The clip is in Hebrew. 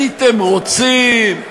הייתם רוצים.